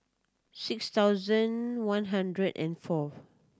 six thousand one hundred and fourth